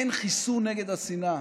אין חיסון נגד השנאה.